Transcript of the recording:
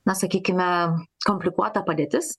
na sakykime komplikuota padėtis